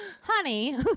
honey